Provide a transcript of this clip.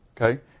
okay